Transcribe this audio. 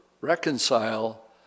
reconcile